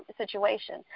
situation